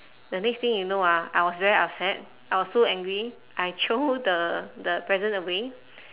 the next thing you know ah I was very upset I was so angry I throw the the present away